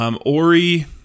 Ori